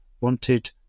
wanted